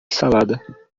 salada